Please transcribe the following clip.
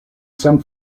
some